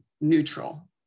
neutral